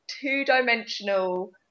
two-dimensional